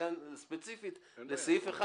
ולכן ספציפית לסעיף (1)